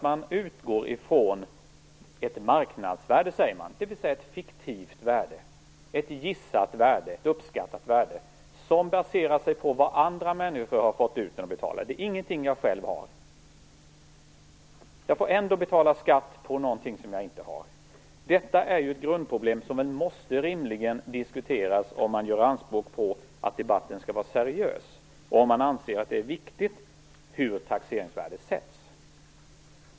Man utgår ifrån ett marknadsvärde, dvs. ett fiktivt värde, ett gissat, uppskattat värde som baseras på vad andra människor har fått ut för sina fastigheter. Det är ingenting jag själv har. Jag får betala skatt på någonting som jag inte har. Detta är ett grundproblem som rimligen måste diskuteras om man gör anspråk på en seriös debatt och om man anser att det är viktigt hur taxeringsvärdet sätts.